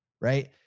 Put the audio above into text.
Right